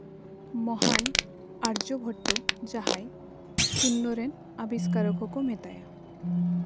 ᱢᱚᱦᱟᱱ ᱟᱨᱡᱚ ᱵᱷᱚᱴᱴᱚ ᱟᱨ ᱡᱟᱦᱟᱸᱭ ᱥᱩᱱᱱᱚ ᱨᱮᱱ ᱟᱵᱤᱥᱠᱟᱨᱚᱠ ᱦᱚᱸᱠᱚ ᱢᱮᱛᱟᱭᱟ